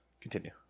continue